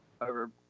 over